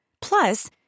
Plus